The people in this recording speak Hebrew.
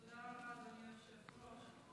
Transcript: תודה רבה, אדוני היושב-ראש.